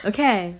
Okay